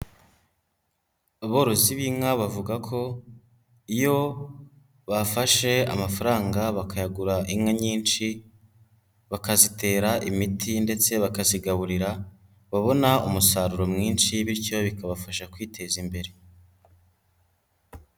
Aborozi b'inka bavuga ko iyo bafashe amafaranga bakayagura inka nyinshi, bakazitera imiti ndetse bakazigaburira, babona umusaruro mwinshi bityo bikabafasha kwiteza imbere.